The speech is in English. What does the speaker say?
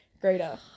greater